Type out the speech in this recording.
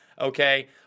okay